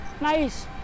Nice